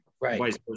Right